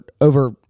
over